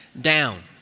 down